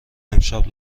امشب